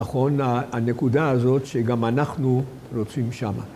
נכון הנקודה הזאת שגם אנחנו רוצים שמה.